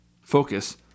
focus